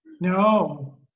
no